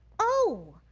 oh!